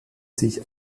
sich